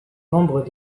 membre